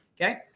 okay